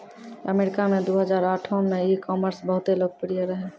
अमरीका मे दु हजार आठो मे ई कामर्स बहुते लोकप्रिय रहै